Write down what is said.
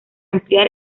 ampliar